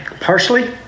Parsley